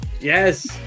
Yes